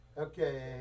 Okay